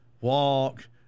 walk